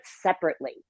separately